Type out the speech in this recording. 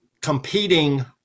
competing